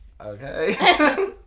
Okay